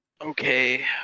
Okay